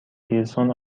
پیرسون